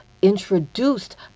introduced